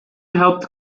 helped